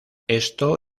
esto